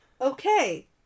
Okay